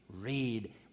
read